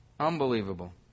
Unbelievable